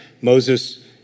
Moses